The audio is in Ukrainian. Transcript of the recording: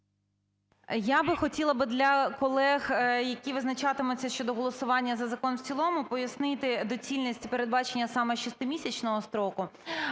Я би хотіла для колег, які визначатимуться щодо голосування за закон в цілому, пояснити доцільність і передбачення саме 6-місячного строку.